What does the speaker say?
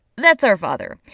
that's our father.